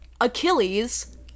Achilles